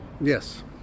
Yes